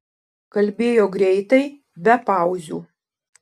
kalbėjo greitai be pauzių